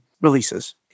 releases